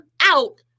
out